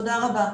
תודה רבה.